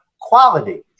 quality